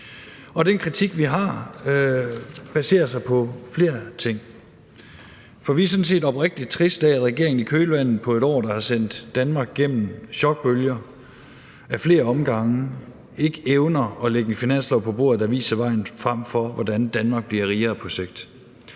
den kritik, vi har, baserer sig på flere ting. Vi er sådan set oprigtig triste over, at regeringen i kølvandet på et år, der ad flere omgange har sendt Danmark gennem chokbølger, ikke evner at lægge en finanslov på bordet, der viser vejen for, hvordan Danmark bliver rigere på sigt.